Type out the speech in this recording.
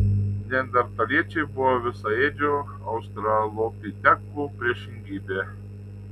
neandertaliečiai buvo visaėdžių australopitekų priešingybė